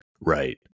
Right